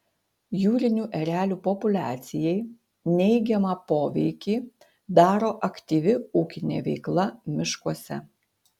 jūrinių erelių populiacijai neigiamą poveikį daro aktyvi ūkinė veikla miškuose